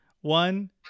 One